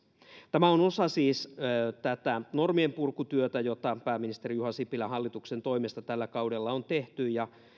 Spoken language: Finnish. tämä on siis osa tätä normien purkutyötä jota pääministeri juha sipilän hallituksen toimesta tällä kaudella on tehty ja